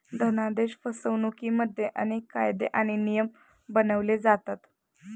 धनादेश फसवणुकिमध्ये अनेक कायदे आणि नियम बनवले जातात